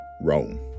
Rome